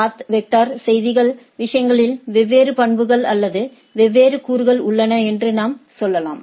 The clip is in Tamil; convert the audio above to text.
பாத் வெக்டர் செய்திகள் விஷயங்களின் வெவ்வேறு பண்புகள் அல்லது வெவ்வேறு கூறுகள் உள்ளன என்று நாம் சொல்லலாம்